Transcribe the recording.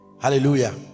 Hallelujah